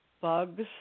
bugs